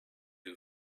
who